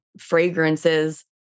fragrances